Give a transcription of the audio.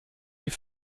die